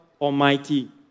Almighty